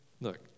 look